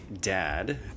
dad